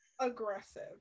Aggressive